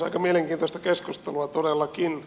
aika mielenkiintoista keskustelua todellakin